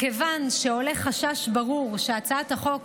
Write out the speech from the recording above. מכיוון שעולה חשש ברור שהצעת החוק